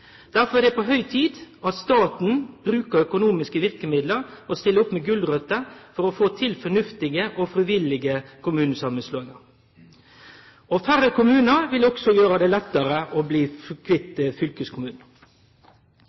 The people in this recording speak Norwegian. Derfor er det på høg tid at staten bruker økonomiske verkemiddel og stiller opp med gulrøter for å få til fornuftige og frivillige kommunesamanslåingar. Færre kommunar vil òg gjere det lettare å bli kvitt